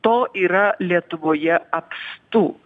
to yra lietuvoje apstu